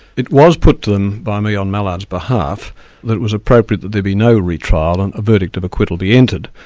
it as put to them by me on mallard's behalf that it was appropriate that there be no re-trial and a verdict of acquittal be entered.